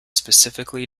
specifically